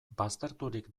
bazterturik